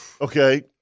okay